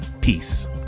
peace